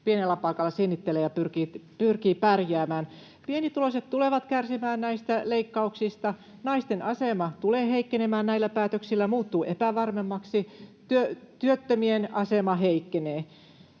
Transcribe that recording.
pienellä palkalla sinnittelee ja pyrkii pärjäämään. Pienituloiset tulevat kärsimään näistä leikkauksista, naisten asema tulee heikkenemään näillä päätöksillä, muuttuu epävarmemmaksi, työttömien asema heikkenee.